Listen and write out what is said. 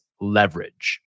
leverage